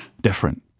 different